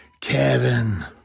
Kevin